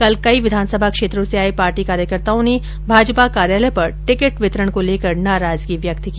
कल कई विधानसभा क्षेत्रों से आए पार्टी कार्यकर्ताओं ने भाजपा कार्यालय पर टिकट वितरण को लेकर नाराजगी व्यक्त की